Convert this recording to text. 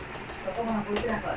okay like for example